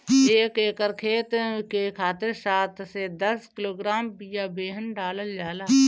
एक एकर खेत के खातिर सात से दस किलोग्राम बिया बेहन डालल जाला?